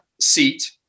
seat